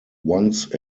once